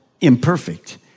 imperfect